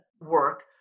work